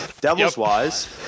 Devils-wise